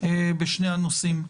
בשני הנושאים.